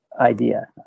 idea